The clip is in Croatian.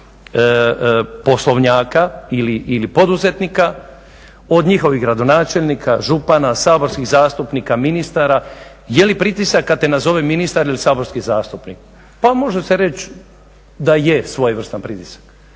poslovnjaka ili poduzetnika, od njihovih gradonačelnika, župana, saborskih zastupnika, ministara. Je li pritisak kad te nazove ministar ili saborski zastupnik? Pa može se reći da je svojevrstan pritisak,